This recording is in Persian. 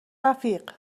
رفیق